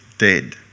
Dead